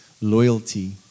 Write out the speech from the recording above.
loyalty